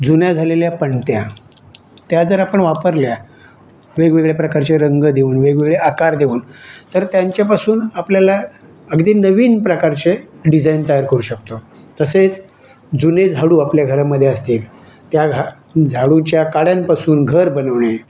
जुन्या झालेल्या पणत्या त्या जर आपण वापरल्या वेगवेगळ्या प्रकारचे रंग देऊन वेगवेगळे आकार देऊन तर त्यांच्यापासून आपल्याला अगदी नवीन प्रकारचे डिझाईन तयार करू शकतो तसेच जुने झाडू आपल्या घरामध्ये असतील त्या झाडूंच्या काड्यांपासून घर बनवणे